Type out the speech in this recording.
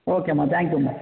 ஓகேம்மா தேங்க்யூம்மா